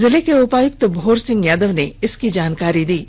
जिले के उपायुक्त भोर सिंह यादव ने इसकी जानकारी दी है